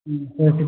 ꯎꯝ ꯍꯣꯏ